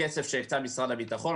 הכסף שהקצה משרד הביטחון,